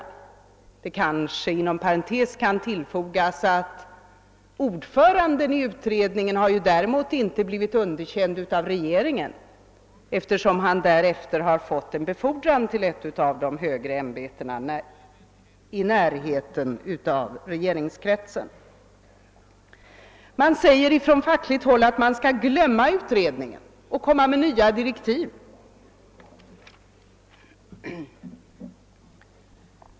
Det kanske inom parentes kan tillfogas att ordföranden i utredningen däremot inte blivit under känd av regeringen; han har fått en befordran till ett av de högre ämbetena i närheten av regeringskretsen. Det sägs från fackligt håll att man bör glömma utredningen och utfärda nya direktiv.